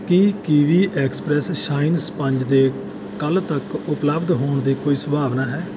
ਕੀ Kiwi express shine sponge ਦੇ ਕੱਲ੍ਹ ਤੱਕ ਉਪਲੱਬਧ ਹੋਣ ਦੀ ਕੋਈ ਸੰਭਾਵਨਾ ਹੈ